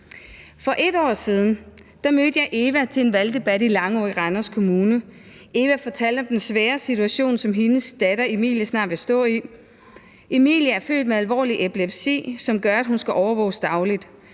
For et år siden mødte jeg Eva til en valgdebat i Langå i Randers Kommune. Eva fortalte om den svære situation, som hendes datter Emilie snart vil stå i. Emilie er født med alvorlig epilepsi, som gør, at hun skal overvåges dagligt,